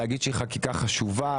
להגיד שהיא חקיקה חשובה,